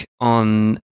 on